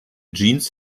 jeans